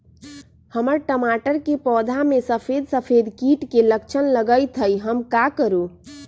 हमर टमाटर के पौधा में सफेद सफेद कीट के लक्षण लगई थई हम का करू?